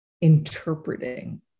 interpreting